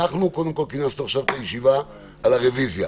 אנחנו קודם כול כינסנו עכשיו את הישיבה על הרוויזיה.